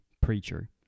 preacher